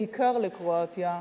בעיקר לקרואטיה,